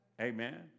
Amen